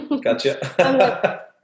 gotcha